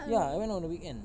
ya I went on the weekend